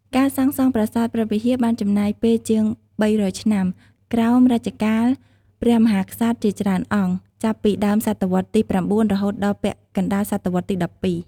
ការសាងសង់ប្រាសាទព្រះវិហារបានចំណាយពេលជាង ៣០០ ឆ្នាំ ក្រោមរជ្ជកាលព្រះមហាក្សត្រជាច្រើនអង្គ ចាប់ពីដើមសតវត្សរ៍ទី ៩ រហូតដល់ពាក់កណ្ដាលសតវត្សរ៍ទី ១២។